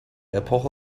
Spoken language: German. epoche